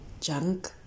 junk